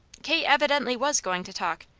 kate evidently was going to talk,